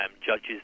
judges